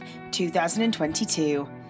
2022